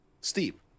Steep